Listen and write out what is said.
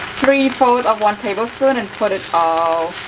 three-fourth of one tablespoon and put it all